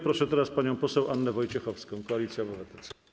Proszę teraz panią poseł Annę Wojciechowską, Koalicja Obywatelska.